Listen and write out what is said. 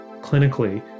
clinically